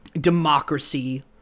Democracy